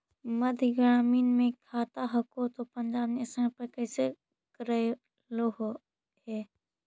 मध्य ग्रामीण मे खाता हको तौ पंजाब नेशनल पर कैसे करैलहो हे?